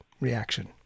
reaction